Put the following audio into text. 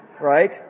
Right